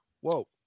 whoa